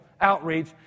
outreach